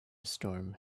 storm